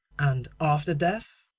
and after death?